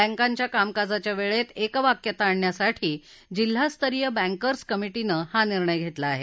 बँकांच्या कामकाजाच्या वेळेत एकवाक्यता आणण्यासाठी जिल्हास्तरीय बँकर्स कमिटीनं हा निर्णय घेतला आहे